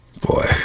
Boy